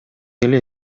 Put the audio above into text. эле